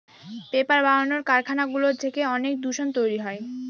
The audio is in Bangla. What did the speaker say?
পেপার বানানোর কারখানাগুলো থেকে অনেক দূষণ তৈরী হয়